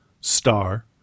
Star